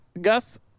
Gus